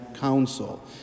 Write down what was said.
Council